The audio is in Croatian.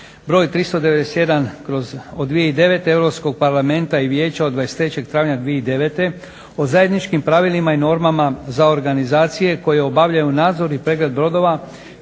br. 391/2009 EU parlamenta i Vijeća od 23.travnja 2009. O zajedničkim pravilima i normama za organizacije koje obavljaju nadzor i pregled brodova